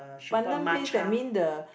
pandan paste that mean the